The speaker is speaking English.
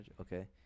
okay